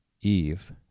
Eve